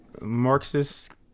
Marxist